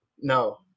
no